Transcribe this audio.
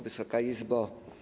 Wysoka Izbo!